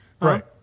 Right